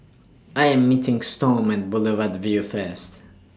I Am meeting Storm men Boulevard Vue First